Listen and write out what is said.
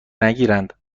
نگیرند